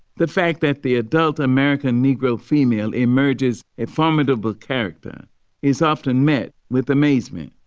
the fact that the adult american negro female emerges a formidable character is often met with amazement,